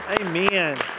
Amen